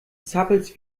zappelst